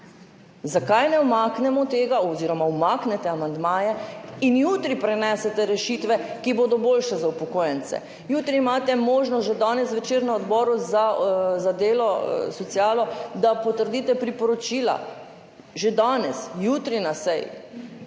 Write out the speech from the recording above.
Zakaj ne umaknemo tega oziroma umaknete amandmajev in jutri prinesete rešitev, ki bodo boljše za upokojence? Jutri imate možnost, že danes zvečer na odboru za delo, socialo, da potrdite priporočila. Že danes, jutri na seji